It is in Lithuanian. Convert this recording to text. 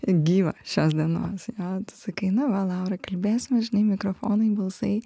gyvą šios dienosjo tu sakai na va laurai kalbėsime žinai mikrofonai balsai